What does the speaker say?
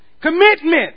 Commitment